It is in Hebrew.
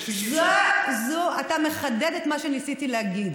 אתה מחדד את מה שניסיתי להגיד.